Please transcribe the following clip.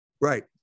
Right